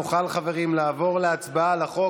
נוכל, חברים, לעבור להצבעה על החוק.